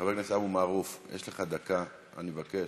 חבר הכנסת אבו מערוף, יש לך דקה, אני מבקש.